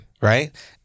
Right